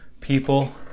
people